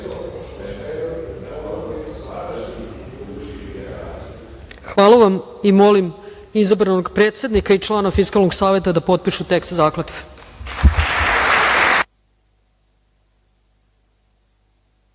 vam i molim izabranog predsednika i člana Fiskalnog saveta da potpišu tekst